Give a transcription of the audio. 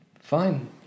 Fine